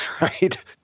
right